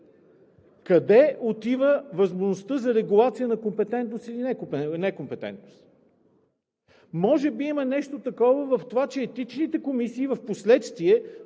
Къде отива възможността за регулация на компетентност или некомпетентност? Може би има нещо такова в това, че етичните комисии впоследствие